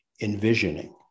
envisioning